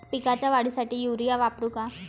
पिकाच्या वाढीसाठी युरिया वापरू का?